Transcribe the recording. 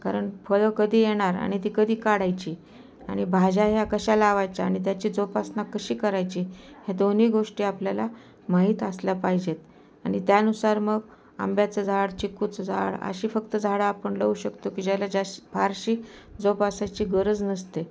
कारण फळं कधी येणार आणि ती कधी काढायची आणि भाज्या ह्या कशा लावायच्या आणि त्याची जोपासना कशी करायची ह्या दोन्ही गोष्टी आपल्याला माहीत असल्या पाहिजेत आणि त्यानुसार मग आंब्याचं झाड चिक्कूचं झाड अशी फक्त झाडं आपण लावू शकतो की ज्याला जास्त फारशी जोपासायची गरज नसते